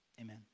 amen